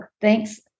thanks